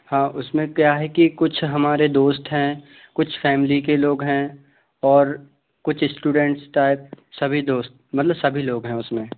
हाँ उसमें क्या है कि कुछ हमारे दोस्त हैं कुछ फैमिली के लोग हैं और कुछ स्टूडेंटस टाइप सभी दोस्त मतलब सभी लोग हैं उसमें